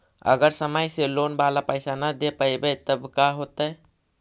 अगर समय से लोन बाला पैसा न दे पईबै तब का होतै?